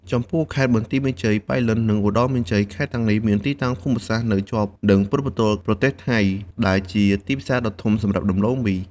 ចំពោះខេត្តបន្ទាយមានជ័យ ប៉ៃលិន និងឧត្តរមានជ័យ ខេត្តទាំងនេះមានទីតាំងភូមិសាស្ត្រនៅជាប់នឹងព្រំដែនប្រទេសថៃ ដែលជាទីផ្សារដ៏ធំសម្រាប់ដំឡូងមី។